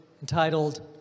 entitled